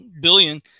billion